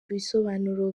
ibisobanuro